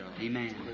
amen